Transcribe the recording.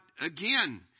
again